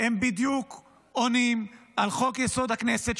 הם בדיוק עונים על חוק-יסוד: הכנסת,